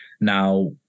Now